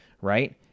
right